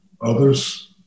others